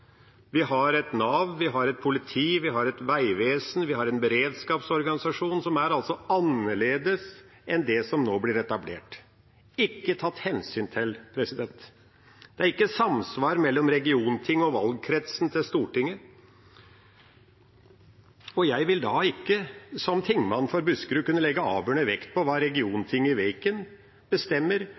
Vi har et Nav, vi har et politi, vi har et vegvesen, og vi har en beredskapsorganisasjon som er annerledes enn det som nå blir etablert. Det er ikke tatt hensyn til. Det er ikke samsvar mellom regionting og valgkretsen til Stortinget, og jeg vil da ikke som tingmann for Buskerud kunne legge avgjørende vekt på hva regiontinget i Viken bestemmer